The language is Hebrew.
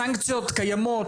האם סנקציות קיימות?